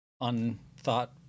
unthought